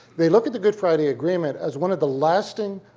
they look at the good friday agreement as one of the lasting,